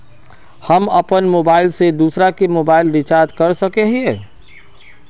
हम अपन मोबाईल से दूसरा के मोबाईल रिचार्ज कर सके हिये?